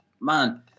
Man